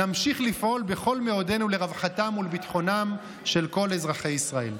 נמשיך לפעול בכל מאודנו לרווחתם ולביטחונם של כל אזרחי ישראל.